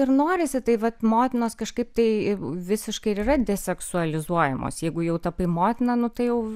ir norisi tai vat motinos kažkaip tai visiškai ir yra deseksualizuojamos jeigu jau tapai motina nu tai jau